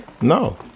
No